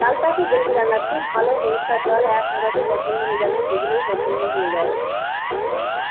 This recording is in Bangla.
চালটা একটু দেখে যান না খুব ভালো পরিষ্কার চাল এক কথাতেই পছন্দ হয়ে যাবে দেখলেই পছন্দ হয়ে যাবে চালটা